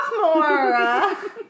sophomore